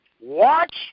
Watch